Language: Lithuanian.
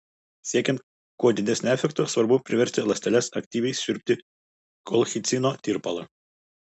siekiant kuo didesnio efekto svarbu priversti ląsteles aktyviai siurbti kolchicino tirpalą